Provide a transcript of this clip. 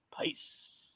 peace